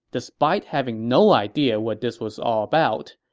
despite having no idea what this was all about,